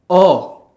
oh